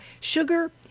sugar